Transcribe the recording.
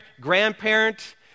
grandparent